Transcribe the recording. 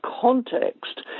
context